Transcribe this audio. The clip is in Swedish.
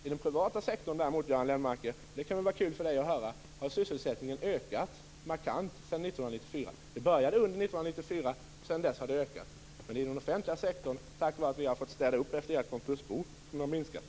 I den privata sektorn har sysselsättningen däremot ökat markant sedan 1994, vilket kan vara kul för Göran Lennmarker att höra. Det började under 1994, och sedan dess har den ökat. Men i den offentliga sektorn har sysselsättningen minskat på grund av att vi har fått städa upp i ert konkursbo.